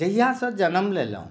जहिया सँ जन्म लेलहुँ